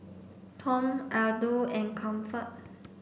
Tom Aldo and Comfort